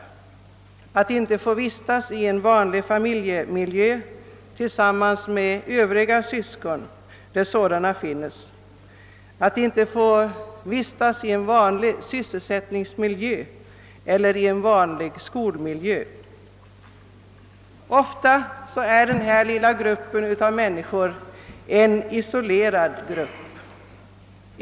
Det kan vara att de inte får vistas i en vanlig familjemiljö tillsammans med övriga syskon, där sådana finns, att de inte får vistas i en vanlig sysselsättningsmiljö eller i en vanlig skolmiljö. Ofta blir den här lilla gruppen av människor en isolerad grupp.